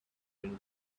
been